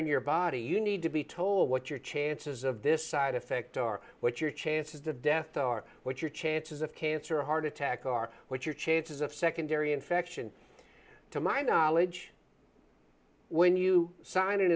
in your body you need to be told what your chances of this side effect are what your chances of death are what your chances of cancer heart attack are what your chances of secondary infection to my knowledge when you sign an